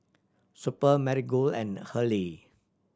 Super Marigold and Hurley